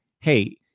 Hey